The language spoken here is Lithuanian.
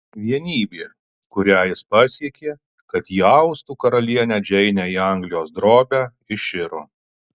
vienybė kurią jis pasiekė kad įaustų karalienę džeinę į anglijos drobę iširo